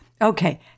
Okay